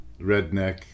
redneck